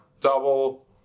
double